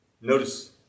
Notice